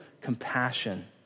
compassion